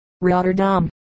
Rotterdam